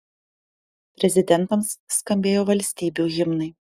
prezidentams skambėjo valstybių himnai